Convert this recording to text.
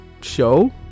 show